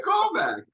callback